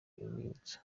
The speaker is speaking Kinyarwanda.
urwibutso